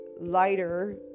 lighter